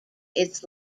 its